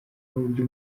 n’uburyo